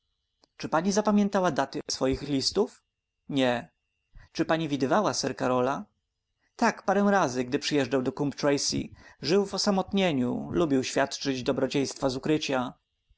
czy pani zapamiętała daty swoich listów nie czy pani widywała sir karola tak parę razy gdy przyjeżdżał do coombe tracey żył w osamotnieniu lubił świadczyć dobrodziejstwa z ukrycia